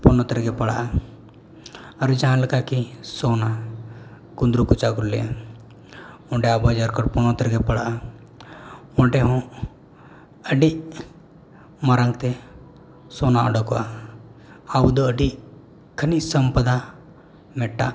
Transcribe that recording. ᱯᱚᱱᱚᱛ ᱨᱮᱜᱮ ᱯᱟᱲᱟᱜᱼᱟ ᱟᱨᱚ ᱡᱟᱦᱟᱸᱞᱮᱠᱟ ᱠᱤ ᱥᱚᱱᱟ ᱠᱩᱸᱫᱽᱨᱩ ᱠᱚᱪᱟ ᱠᱚ ᱞᱟᱹᱭᱟ ᱚᱸᱰᱮ ᱟᱵᱚ ᱡᱷᱟᱨᱠᱷᱚᱸᱰ ᱯᱚᱱᱚᱛ ᱨᱮᱜᱮ ᱯᱟᱲᱟᱜᱼᱟ ᱚᱸᱰᱮᱦᱚᱸ ᱟᱹᱰᱤ ᱢᱟᱨᱟᱝᱛᱮ ᱥᱚᱱᱟ ᱩᱰᱩᱠᱚᱜᱼᱟ ᱟᱵᱚᱫᱚ ᱟᱹᱰᱤ ᱠᱷᱟᱹᱱᱤᱡᱽ ᱥᱚᱢᱯᱚᱫᱟᱜ ᱢᱤᱫᱴᱟᱝ